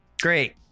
great